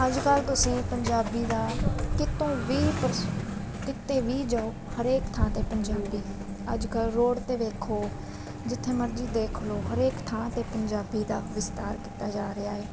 ਅੱਜ ਕੱਲ੍ਹ ਤੁਸੀਂ ਪੰਜਾਬੀ ਦਾ ਕਿਤੋਂ ਵੀ ਪਰਸ ਕਿਤੇ ਵੀ ਜਾਓ ਹਰੇਕ ਥਾਂ 'ਤੇ ਪੰਜਾਬੀ ਅੱਜ ਕੱਲ੍ਹ ਰੋਡ 'ਤੇ ਵੇਖੋ ਜਿੱਥੇ ਮਰਜ਼ੀ ਦੇਖ ਲਓ ਹਰੇਕ ਥਾਂ 'ਤੇ ਪੰਜਾਬੀ ਦਾ ਵਿਸਤਾਰ ਕੀਤਾ ਜਾ ਰਿਹਾ ਹੈ